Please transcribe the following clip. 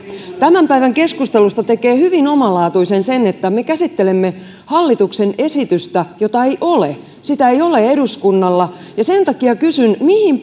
tämän päivän keskustelusta tekee hyvin omalaatuisen se että me käsittelemme hallituksen esitystä jota ei ole sitä ei ole eduskunnalla ja sen takia kysyn mihin